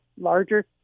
larger